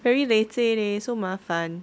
very leceh leh so 麻烦